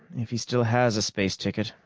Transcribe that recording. if he still has a space ticket,